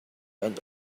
and